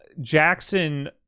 Jackson